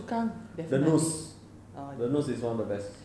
the noose the noose is one of the best